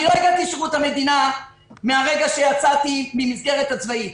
אני לא הגעתי לשירות המדינה מהרגע שיצאתי מהמסגרת הצבאית.